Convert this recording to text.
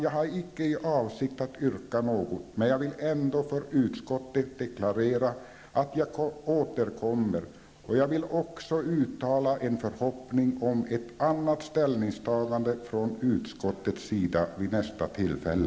Jag har icke i avsikt att yrka något, men jag vill ändock för utskottet deklarera att jag återkommer, och jag vill också uttala en förhoppning om ett annat ställningstagande från utskottets sida vid nästa tillfälle.